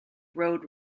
road